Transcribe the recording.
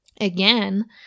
again